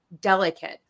delicate